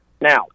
now